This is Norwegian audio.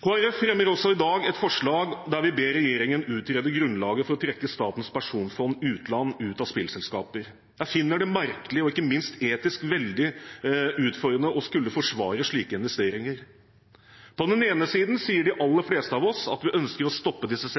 Folkeparti fremmer også i dag et forslag der vi ber regjeringen utrede grunnlaget for å trekke Statens pensjonsfond utland ut av spillselskaper. Jeg finner det merkelig og ikke minst etisk veldig utfordrende å skulle forsvare slike investeringer. På den ene siden sier de aller fleste av oss at vi ønsker å stoppe disse